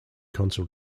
consul